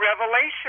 revelation